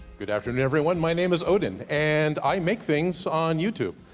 good afternoon everyone my name is odin, and i make things on youtube.